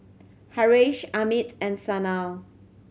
Haresh Amit and Sanal